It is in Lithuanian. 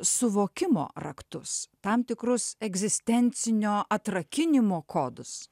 suvokimo raktus tam tikrus egzistencinio atrakinimo kodus